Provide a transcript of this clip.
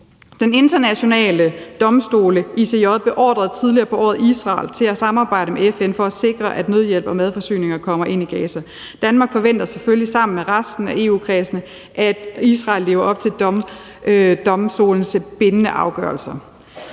Den Internationale Domstol, ICJ, beordrede tidligere på året Israel til at samarbejde med FN for at sikre, at nødhjælp og madforsyninger kommer ind i Gaza. Danmark forventer selvfølgelig sammen med resten af EU-kredsen, at Israel lever op til domstolens bindende afgørelser.